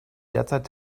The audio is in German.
derzeit